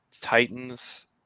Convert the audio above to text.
Titans